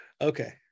Okay